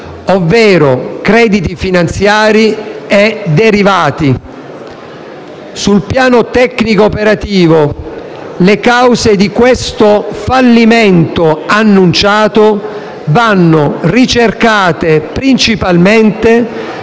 ovvero crediti finanziari e derivati. Sul piano tecnico operativo le cause di questo fallimento annunciato vanno ricercate principalmente